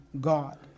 God